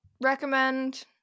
recommend